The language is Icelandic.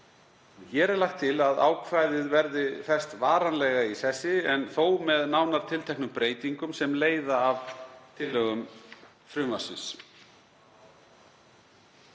Hér er lagt til að ákvæðið verði fest varanlega í sessi, en þó með nánar tilteknum breytingum sem leiða af tillögum frumvarpsins.